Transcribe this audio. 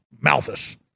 Malthus